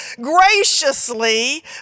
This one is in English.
graciously